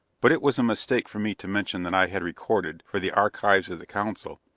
but it was a mistake for me to mention that i had recorded, for the archives of the council,